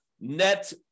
net